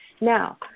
Now